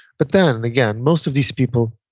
but then, and again, most of these people